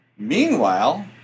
Meanwhile